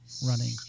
Running